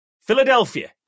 Philadelphia